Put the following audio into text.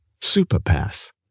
Superpass